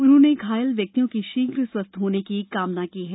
उन्होंने घायल व्यक्तियों की शीघ्र स्वस्थ होने की कामना की है